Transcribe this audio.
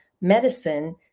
medicine